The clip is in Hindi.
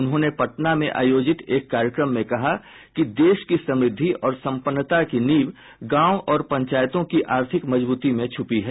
उन्होंने पटना में आयोजित एक कार्यक्रम में कहा कि देश की समृद्धि और सम्पन्नता की नींव गांव और पंचायतों की आर्थिक मजबूती में छूपी है